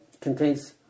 contains